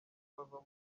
bava